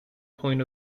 point